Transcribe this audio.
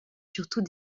surtout